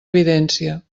evidència